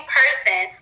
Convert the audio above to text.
person